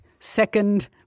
Second